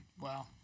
Wow